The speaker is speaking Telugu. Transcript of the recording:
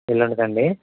ఎల్లుండికా అండి